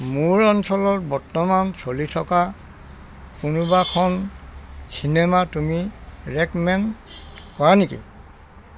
মোৰ অঞ্চলত বৰ্তমান চলি থকা কোনোবাখন চিনেমা তুমি ৰেক'মেণ্ড কৰা নেকি